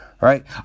Right